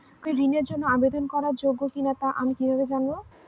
আমি ঋণের জন্য আবেদন করার যোগ্য কিনা তা আমি কীভাবে জানব?